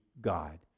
God